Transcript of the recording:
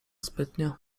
zbytnio